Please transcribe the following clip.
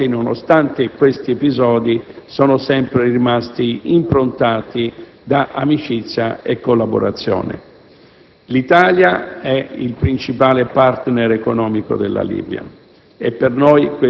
I rapporti però, nonostante questi episodi, sono sempre rimasti improntati ad amicizia e collaborazione. L'Italia è il principale *partner* economico della Libia.